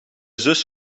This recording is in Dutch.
zus